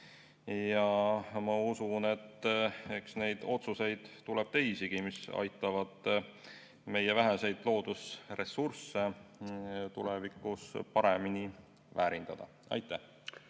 Ma usun, et neid otsuseid tuleb teisigi, mis aitavad meie väheseid loodusressursse tulevikus paremini väärindada. Aitäh!